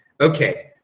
Okay